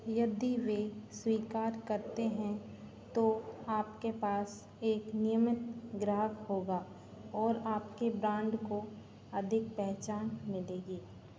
यदि वे स्वीकार करते हैं तो आपके पास एक नियमित ग्राहक होगा और आपके ब्राण्ड को अधिक पहचान मिलेगी